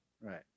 Right